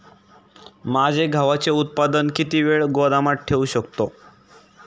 माझे गव्हाचे उत्पादन किती वेळ गोदामात ठेवू शकतो?